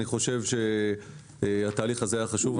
אני חושב שהתהליך הזה היה חשוב.